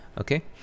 Okay